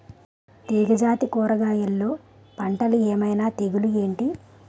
తీగ జాతి కూరగయల్లో పంటలు ఏమైన తెగులు ఏంటి?